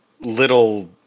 little